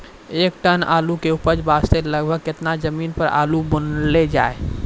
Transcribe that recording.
एक टन आलू के उपज वास्ते लगभग केतना जमीन पर आलू बुनलो जाय?